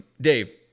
Dave